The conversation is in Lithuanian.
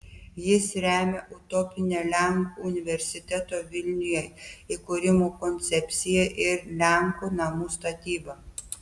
jis remia utopinę lenkų universiteto vilniuje įkūrimo koncepciją ir lenkų namų statybą